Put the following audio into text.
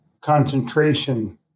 concentration